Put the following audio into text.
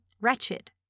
wretched